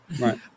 Right